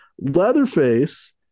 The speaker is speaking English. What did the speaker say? Leatherface